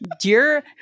dear